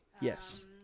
Yes